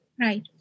Right